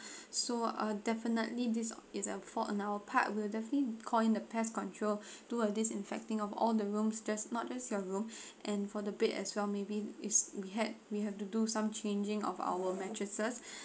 so uh definitely this is a fault on our part we'll definitely call in the pest control do a disinfecting of all the rooms just not just your room and for the bed as well maybe is we had we have to do some changing of our mattresses